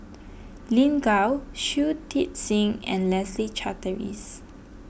Lin Gao Shui Tit Sing and Leslie Charteris